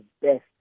best